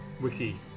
Wiki